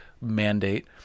mandate